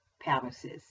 palaces